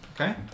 Okay